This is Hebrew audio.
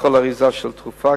לכל אריזה של תרופה,